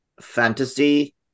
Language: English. fantasy